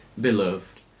Beloved